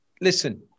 Listen